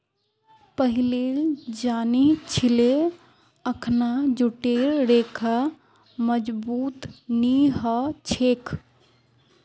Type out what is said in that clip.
पहिलेल जानिह छिले अखना जूटेर रेशा मजबूत नी ह छेक